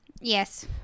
Yes